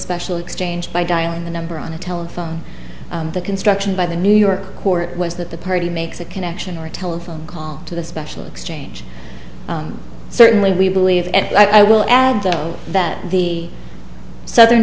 special exchange by dialing the number on the telephone the construction by the new york court was that the party makes a connection or a telephone call to the special exchange certainly we believe and i will add though that the southern